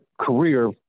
career